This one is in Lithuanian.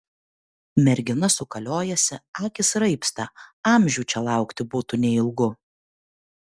mergina sukaliojasi akys raibsta amžių čia laukti būtų neilgu